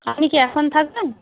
আপনি কি এখন থাকবেন